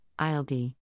ILD